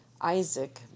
Isaac